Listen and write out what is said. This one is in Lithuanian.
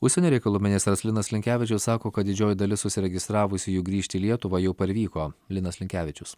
užsienio reikalų ministras linas linkevičius sako kad didžioji dalis užsiregistravusiųjų grįžti į lietuvą jau parvyko linas linkevičius